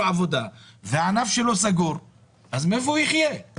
עבודה והענף שלו סגור אז מאיפה הוא יחיה?